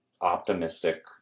optimistic